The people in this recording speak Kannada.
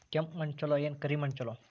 ಕೆಂಪ ಮಣ್ಣ ಛಲೋ ಏನ್ ಕರಿ ಮಣ್ಣ ಛಲೋ?